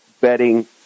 betting